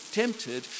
tempted